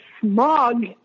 smog